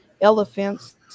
elephants